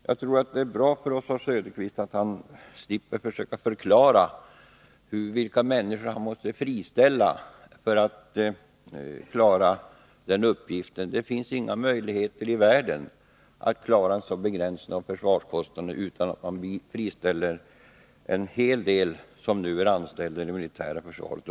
Jag tror att det är bra för Oswald Söderqvist, om han slipper försöka förklara vilka människor det är som genom vpk:s förslag hade måst friställas. Det finns inga som helst möjligheter att klara en sådan begränsning av försvarskostnaderna som vpk föreslagit utan att mycket snart friställa en hel del av dem som nu är anställda inom det militära försvaret.